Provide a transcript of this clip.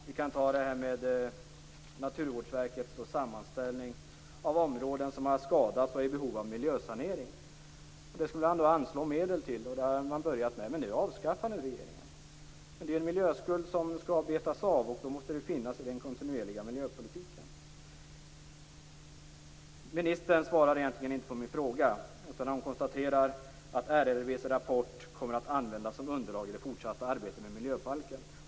Vi kan ta Naturvårdsverkets sammanställning av områden som har skadats och är i behov av miljösanering. Det skulle man anslå medel till, och det har man börjat med, men det avskaffar nu regeringen. Det är en miljöskuld som skall betas av, och då måste det ingå i den kontinuerliga miljöpolitiken. Ministern svarade egentligen inte på min fråga, utan hon konstaterar att RRV:s rapport kommer att användas som underlag i det fortsatta arbetet med miljöbalken.